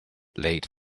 late